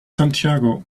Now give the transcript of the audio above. santiago